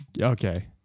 Okay